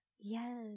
Yes